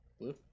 blue